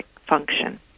function